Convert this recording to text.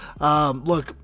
Look